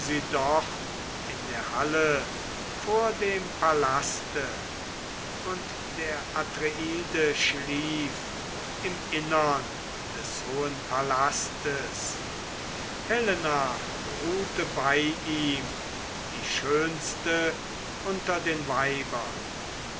dort in der halle vor dem palaste und der atreide schlief im innern des hohen palastes helena ruhte bei ihm die schönste unter den weibern